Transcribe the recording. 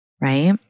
right